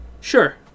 Sure